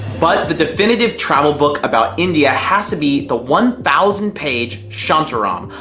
but the definitive travel book about india has to be the one thousand page shantaram,